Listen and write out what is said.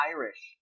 Irish